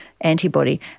antibody